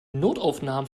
notaufnahmen